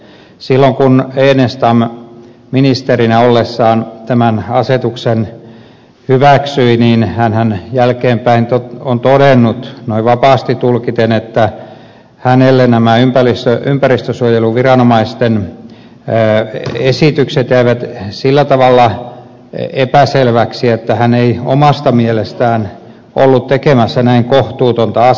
siitä kun enestam ministerinä ollessaan tämän asetuksen hyväksyi hän on jälkeenpäin todennut noin vapaasti tulkiten että hänelle nämä ympäristönsuojeluviranomaisten esitykset jäivät sillä tavalla epäselviksi että hän ei omasta mielestään ollut tekemässä näin kohtuutonta asetusta